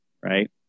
right